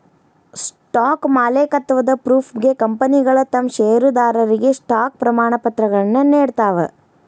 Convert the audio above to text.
stock ಮಾಲೇಕತ್ವದ ಪ್ರೂಫ್ಗೆ ಕಂಪನಿಗಳ ತಮ್ ಷೇರದಾರರಿಗೆ ಸ್ಟಾಕ್ ಪ್ರಮಾಣಪತ್ರಗಳನ್ನ ನೇಡ್ತಾವ